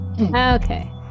Okay